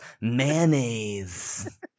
mayonnaise